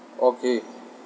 okay